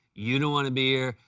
you don't want to be here.